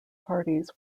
parties